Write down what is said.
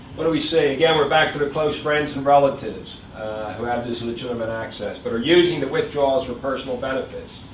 what do we see? again, we're back to the close friends and relatives who have this legitimate access, but are using the withdrawals for personal benefits,